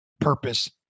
purpose